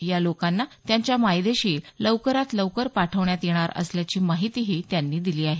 या लोकांना त्यांच्या मायदेशी लवकरात लवकर पाठवण्यात येणार असल्याची माहितीही त्यांनी दिली आहे